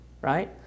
Right